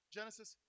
Genesis